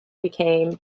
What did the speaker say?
became